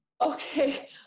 Okay